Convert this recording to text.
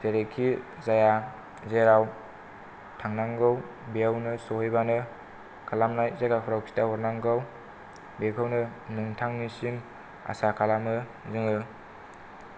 जेरैखि जाया जेराव थांनांगौ बेयावनो सहैबानो खालामनाय जायगाफोराव खिथा हरनांगौ बेखौनो नोंथांनिसिम आसा खालामो जोङो